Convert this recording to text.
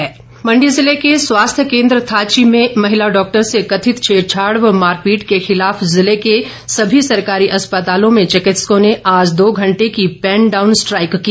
strike Mandi जिले के स्वास्थ्य केन्द्र थाची में महिला डॉक्टर से कथित छेड़छाड़ व मारपीट के खिलाफ जिले के सभी सरकारी अस्पतालों में चिकित्सकों ने आज दो घंटे की पैन डाउन स्ट्राईक की